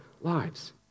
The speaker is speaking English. lives